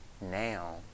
now